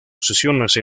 posiciones